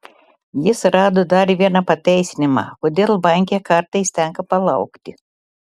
jis rado dar vieną pateisinimą kodėl banke kartais tenka palaukti